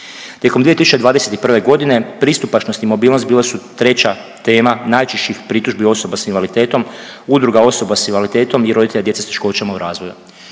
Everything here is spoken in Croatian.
Tijekom 2021. g. pristupačnost i mobilnost bile su treća tema najčešćih pritužbi osoba s invaliditetom, udruga osoba s invaliditetom i roditelja djece s teškoćama u razvoju.